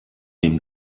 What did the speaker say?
dem